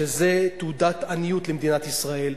שזה תעודת עניות למדינת ישראל.